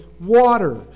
water